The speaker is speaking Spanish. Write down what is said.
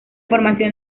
formación